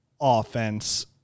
offense